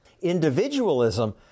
Individualism